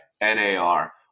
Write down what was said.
NAR